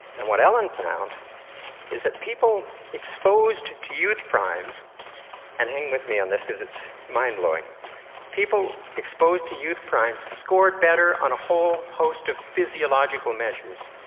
and what ellen found is that people exposed to youth primes and hang with me on this because it's mind-blowing people exposed to youth primes scored better on a whole host of physiological measures.